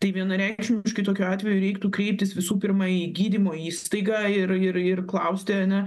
tai vienareikšmiškai tokiu atveju reiktų kreiptis visų pirma į gydymo įstaigą ir ir klausti ane